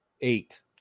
eight